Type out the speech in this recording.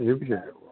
એવું છે